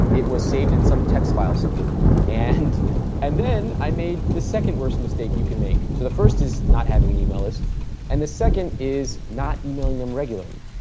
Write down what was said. it was saved in some text file somewhere and and then i made the second worst mistake you can make. so, the first is not having an email list and the second is not emailing them regularly.